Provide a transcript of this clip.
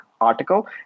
article